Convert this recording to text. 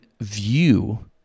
view